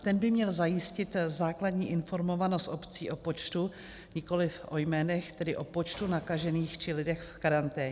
Ten by měl zajistit základní informovanost obcí o počtu, nikoliv o jménech, tedy o počtu nakažených či lidech v karanténě.